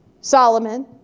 Solomon